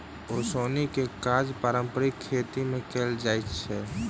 ओसौनीक काज पारंपारिक खेती मे कयल जाइत छल